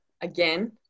again